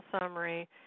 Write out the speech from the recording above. summary